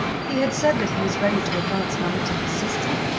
he had said that he was ready to advance money to his sister.